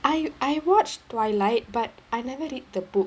I I watched twilight but I never read the book